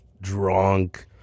drunk